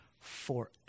forever